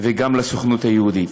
וגם לסוכנות היהודית.